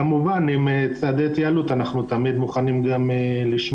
כמובן, צעדי התייעלות אנחנו תמיד מוכנים לשמוע